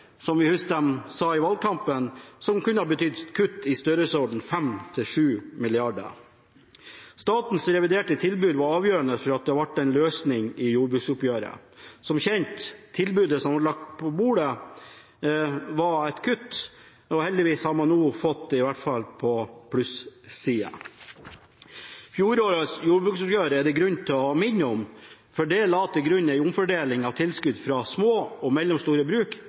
vi husker de sa i valgkampen, som kunne ha betydd kutt i størrelsesordenen 5 mrd. kr til 7 mrd. kr. Statens reviderte tilbud var avgjørende for at det ble en løsning i jordbruksoppgjøret. Som kjent var tilbudet som ble lagt på bordet, et kutt. Heldigvis har man nå fått det på plussida. Fjorårets jordbruksoppgjør er det grunn til å minne om, for det la til grunn en omfordeling av tilskudd fra små og mellomstore bruk